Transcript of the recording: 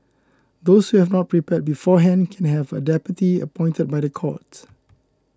those who have not prepared beforehand can have a deputy appointed by the court